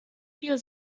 viel